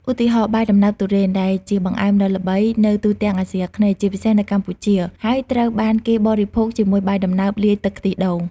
ឧទាហរណ៍ បាយដំណើបទុរេន ដែលជាបង្អែមដ៏ល្បីនៅទូទាំងអាស៊ីអាគ្នេយ៍ជាពិសេសនៅកម្ពុជា ហើយត្រូវបានគេបរិភោគជាមួយបាយដំណើបលាយទឹកខ្ទិះដូង។